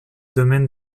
domaine